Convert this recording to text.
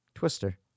Twister